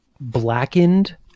Blackened